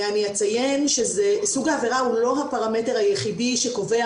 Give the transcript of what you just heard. אני אציין שסוג העבירה הוא לא הפרמטר היחידי שקובע